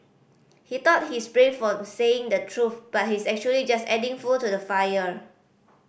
he thought he's brave for saying the truth but he's actually just adding fuel to the fire